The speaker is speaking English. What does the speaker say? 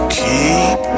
keep